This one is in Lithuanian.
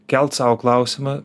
kelt sau klausimą